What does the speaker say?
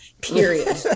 period